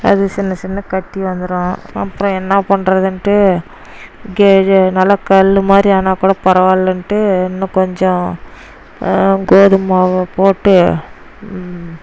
அது சின்ன சின்ன கட்டி வந்துடும் அப்புறம் என்ன பண்ணுறதுன்ட்டு கே ஏ நல்லா கல் மாதிரி ஆனால்கூட பரவாயில்லைன்ட்டு இன்னும் கொஞ்சம் கோதுமை மாவை போட்டு